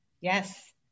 yes